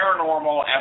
paranormal